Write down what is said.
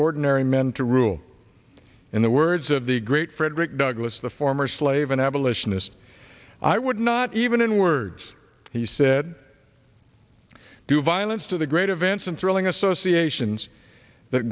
ordinary men to rule in the words of the great frederick douglass the former slave an abolitionist i would not even in words he said do violence to the great events and thrilling associations that